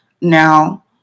Now